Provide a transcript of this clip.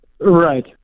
Right